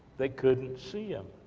they couldn't see them,